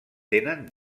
tenen